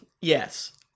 yes